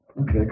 Okay